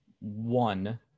one